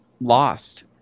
lost